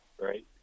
Right